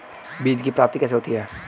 बीज की प्राप्ति कैसे होती है?